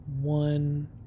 one